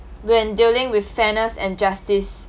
when dealing with fairness and justice